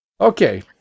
Okay